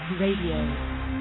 RADIO